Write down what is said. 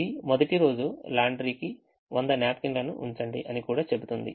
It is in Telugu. ఇది మొదటి రోజు లాండ్రీకి 100 న్యాప్కిన్ లను ఉంచండి అని కూడా చెబుతుంది